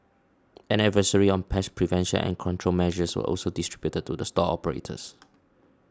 an advisory on pest prevention and control measures was also distributed to the store operators